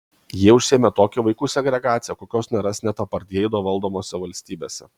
jie užsiėmė tokia vaikų segregacija kokios nerasi net apartheido valdomose valstybėse